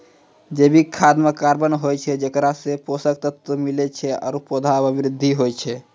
जैविक खाद म कार्बन होय छै जेकरा सें पोषक तत्व मिलै छै आरु पौधा म वृद्धि होय छै